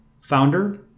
founder